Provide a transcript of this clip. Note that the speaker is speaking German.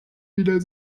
wieder